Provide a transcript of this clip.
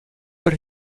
but